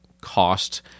cost